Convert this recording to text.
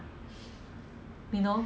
too much ah